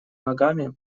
ногами